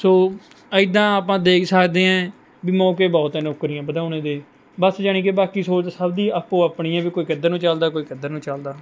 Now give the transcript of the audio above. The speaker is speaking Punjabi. ਸੋ ਇੱਦਾਂ ਆਪਾਂ ਦੇਖ ਸਕਦੇ ਹਾਂ ਵੀ ਮੌਕੇ ਬਹੁਤ ਹੈ ਨੌਕਰੀਆਂ ਵਧਾਉਣ ਦੇ ਬਸ ਜਾਣੀ ਕਿ ਬਾਕੀ ਸੋਚ ਸਭ ਦੀ ਆਪੋ ਆਪਣੀ ਹੈ ਵੀ ਕੋਈ ਕਿੱਧਰ ਨੂੰ ਚੱਲਦਾ ਕੋਈ ਕਿੱਧਰ ਨੂੰ ਚੱਲਦਾ